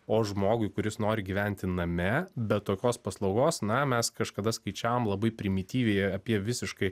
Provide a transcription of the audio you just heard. o žmogui kuris nori gyventi name bet tokios paslaugos na mes kažkada skaičiavom labai primityviai apie visiškai